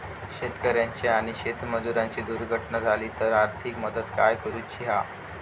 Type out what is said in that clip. शेतकऱ्याची आणि शेतमजुराची दुर्घटना झाली तर आर्थिक मदत काय करूची हा?